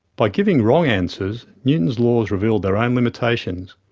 by giving wrong answers, newtown's laws revealed their own limitations.